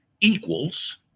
equals